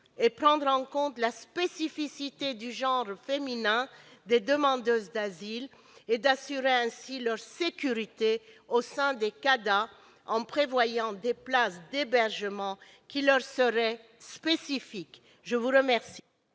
et à prendre en compte la spécificité du genre féminin des demandeuses d'asile et à assurer ainsi leur sécurité au sein des CADA, en prévoyant des places d'hébergement qui leur seraient spécifiques. La parole